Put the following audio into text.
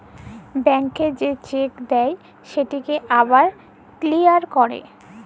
ব্যাংকে যে চ্যাক দেই সেটকে আবার কিলিয়ার ক্যরে